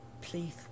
please